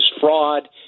fraud